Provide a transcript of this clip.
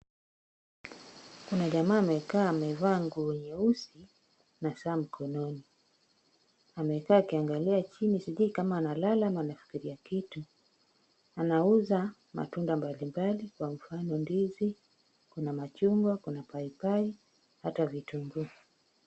Kuna jamaa amekaa amevaa nguo nyeusi na saa mkononi. Amekaa akiangalia chini sijui kama analala ama anafikiria kitu. Anauza matunda mbali mbali kwa mfano ndizi kuna machungwa, kuna pai pai ata vitunguu.